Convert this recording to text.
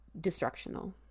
destructional